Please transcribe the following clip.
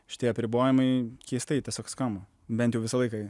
šitie apribojimai keistai tiesiog skamba bent jau visą laiką